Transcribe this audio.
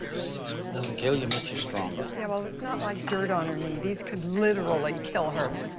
sis, what doesn't kill you make's you stronger. yeah well it's not like dirt on her knee, these could literally kill her.